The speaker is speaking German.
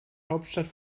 hauptstadt